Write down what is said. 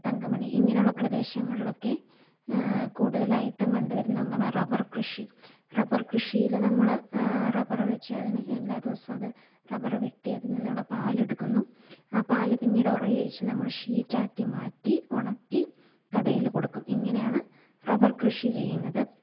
തങ്കമണി ഇങ്ങനുള്ള പ്രദേശങ്ങളിലൊക്കെ കൂടുതലായിട്ടും കണ്ടുവരുന്ന ഒന്നാണ് റബ്ബർ കൃഷി റബ്ബർ കൃഷിയിൽ നമ്മള് റബ്ബറ് വെച്ച് അതിന് എല്ലാ ദിവസം അത് റബ്ബറ് വെട്ടി അതി നിന്നുള്ള പാലെടുക്കുന്നു ആ പാല് പിന്നീട് ഒറ ഒഴിച്ച് നമ്മള് ഷീറ്റാക്കി മാറ്റി ഉണക്കി കടേല് കൊടുക്കും ഇങ്ങനാണ് റബ്ബർ കൃഷി ചെയ്യുന്നത്